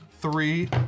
Three